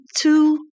two